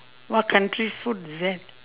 what country's food is that